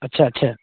अच्छा अच्छा